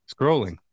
Scrolling